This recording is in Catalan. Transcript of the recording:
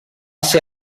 ser